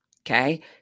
okay